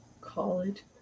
College